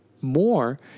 more